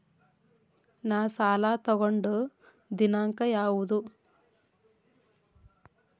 ನಾ ಸಾಲ ತಗೊಂಡು ದಿನಾಂಕ ಯಾವುದು?